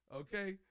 okay